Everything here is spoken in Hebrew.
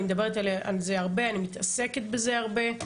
אני מדברת על זה הרבה, אני מתעסקת בזה הרבה.